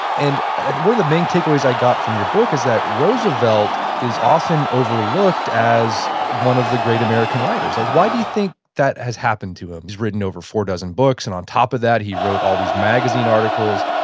and and one of the main takeaways i got from your book is that roosevelt is often overlooked as one of the great american writers. like why do you think that has happened to him? he's written over four dozen books, and on top of that, he wrote all these magazine articles.